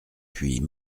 puis